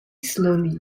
slowly